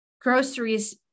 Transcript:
groceries